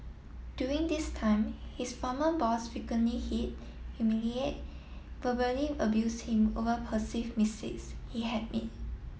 during this time his former boss frequently hit humiliate verbally abuse him over perceived mistakes he had made